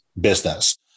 business